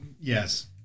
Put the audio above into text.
Yes